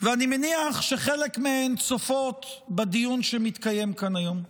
ואני מניח שחלק מהן צופות בדיון שמתקיים כאן היום.